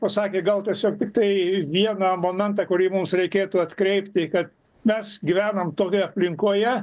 pasakė gal tiesiog tiktai vieną momentą kurį mums reikėtų atkreipti kad mes gyvenam tokioj aplinkoje